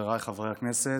חבריי חברי הכנסת,